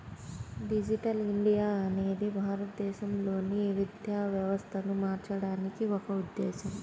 digital India అనేది భారతదేశంలోని విద్యా వ్యవస్థను మార్చడానికి ఒక ఉద్ధేశం